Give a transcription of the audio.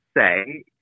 say